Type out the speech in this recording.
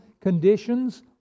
conditions